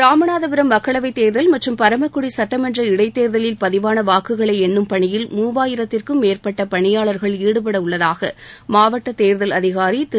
ராமநாதபுரம் மக்களவைத் தேர்தல் மற்றும் பரமக்குடி சுட்டமன்ற இடைத்தேர்தலில் பதிவான வாக்குகளை எண்ணும் பணியில் மூவாயிரத்திற்கும் மேற்பட்ட பணியாளர்கள் ஈடுபடவுள்ளதாக மாவட்ட தேர்தல் அதிகாரி திரு